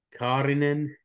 Karinen